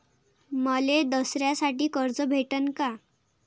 मले दसऱ्यासाठी कर्ज भेटन का?